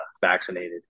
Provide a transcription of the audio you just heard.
vaccinated